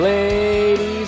Ladies